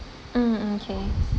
mm okay